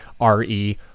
re